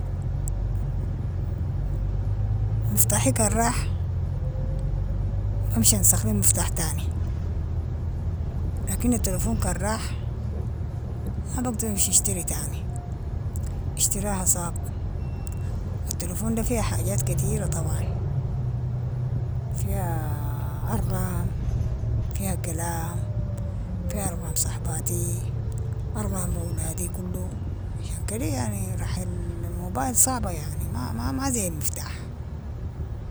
مفتاحي كان راح، بمشي انسخ لي مفتاح تاني، لكن التلفون كان راح ما بقدر امشي اشتري تاني، اشتراها صعب، التلفون ده فيها حاجات كتيرة طبعا، فيها ارقام، فيها كلام، فيها ارقام صحباتي، ارقام اولادي كلو، عشان كدي يعني، رحل الموبايل صعبة يعني، ما ما ما زي المفتاح.